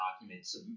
documents